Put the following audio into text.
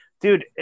dude